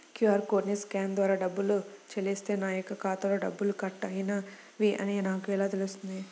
QR కోడ్ని scan ద్వారా డబ్బులు చెల్లిస్తే నా యొక్క ఖాతాలో డబ్బులు కట్ అయినవి అని నాకు ఎలా తెలుస్తుంది?